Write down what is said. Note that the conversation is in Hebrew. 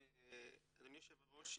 אדוני יושב הראש,